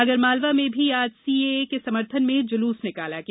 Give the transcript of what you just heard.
आगरमालवा में भी आज सीएए के समर्थन में जुलूस निकाला गया